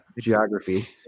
geography